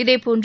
இதேபோன்று